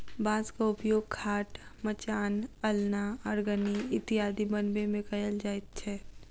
बाँसक उपयोग खाट, मचान, अलना, अरगनी इत्यादि बनबै मे कयल जाइत छै